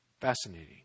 Fascinating